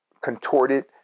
contorted